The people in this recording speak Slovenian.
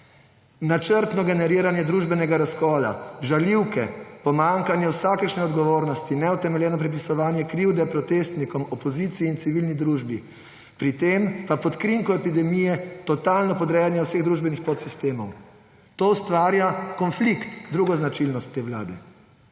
Načrtno generiranje družbenega razkola, žaljivke, pomanjkanje vsakršne odgovornosti, neutemeljeno prepisovanje krivde protestnikom, opoziciji in civilni družbi, pri tem pa pod krinko epidemije totalno podrejanje vseh družbenih podsistemov. To ustvarja konflikt, drugo značilnost te vlade.